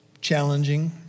challenging